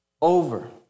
over